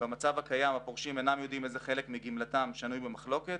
במצב הקיים הפורשים אינם יודעים איזה חלק מגמלתם שנוי במחלוקת.